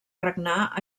regnar